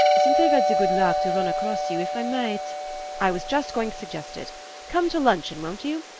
since i've had the good luck to run across you, if i might i was just going to suggest it come to luncheon, won't you?